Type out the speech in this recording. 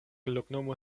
loknomo